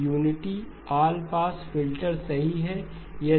unity all pass filter सही है